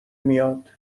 میاد